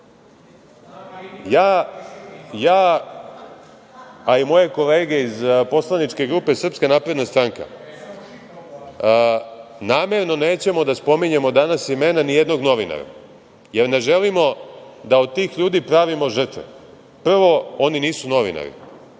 a i moje kolege iz poslaničke grupe Srpske napredne stranke, namerno nećemo da spominjemo danas imena nijednog novinara, jer ne želimo da od tih ljudi pravimo žrtve. Prvo, oni nisu novinari,